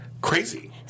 crazy